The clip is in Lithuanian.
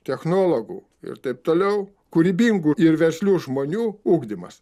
technologų ir taip toliau kūrybingų ir verslių žmonių ugdymas